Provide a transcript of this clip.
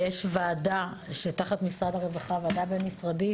יש ועדה שהיא תחת משרד הרווחה, ועדה בין-משרדית,